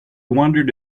wondered